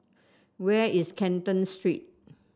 where is Canton Street